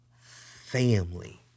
family